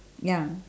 ya